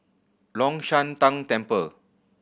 Long Shan Tang Temple